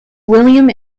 william